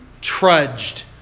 trudged